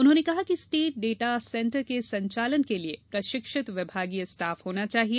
उन्होंने कहा कि स्टेट डाटा सेंटर के संचालन के लिये प्रशिक्षित विभागीय स्टाफ होना चाहिए